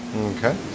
okay